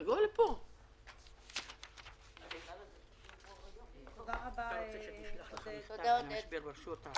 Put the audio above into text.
בשעה 11:00.